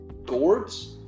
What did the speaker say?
Gourds